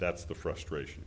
that's the frustration